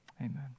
Amen